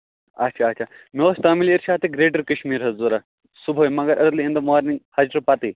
اَچھا اَچھا مےٚ اوس تامِل اِرشاد تہٕ گرٛیٹَر کَشمیٖر حظ ضروٗرت صُبحٲے مگر أرلی اِن دَ مارنِنٛگ فجرٕ پَتے